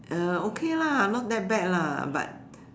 uh okay lah not that bad lah but